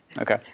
Okay